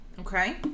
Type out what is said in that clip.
Okay